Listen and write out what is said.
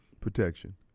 protection